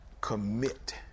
commit